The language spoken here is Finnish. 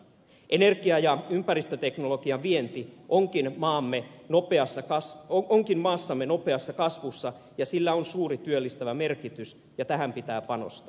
energia ja ympäristöteknologian vienti onkin maassamme nopeassa kasvussa ja sillä on suuri työllistävä merkitys ja tähän pitää panostaa